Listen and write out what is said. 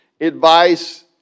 advice